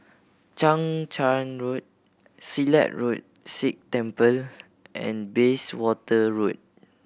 Chang Charn Road Silat Road Sikh Temple and Bayswater Road